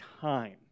time